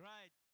Right